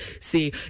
see